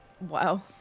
Wow